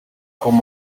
kubona